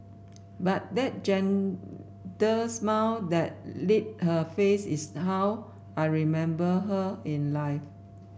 but that gentle smile that lit her face is how I remember her in life